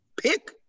pick